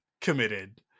committed